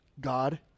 God